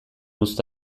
uzta